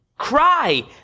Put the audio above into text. cry